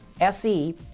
SE